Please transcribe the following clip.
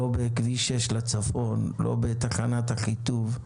לא בכביש 6 לצפון, לא בתחנת אחיטוב,